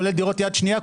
כולל דירות יד שנייה,